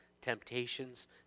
temptations